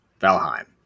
Valheim